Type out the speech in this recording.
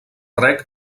rec